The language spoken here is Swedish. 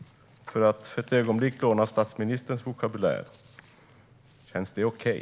För att för ett ögonblick låna statsministerns vokabulär, känns det okej?